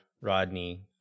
Rodney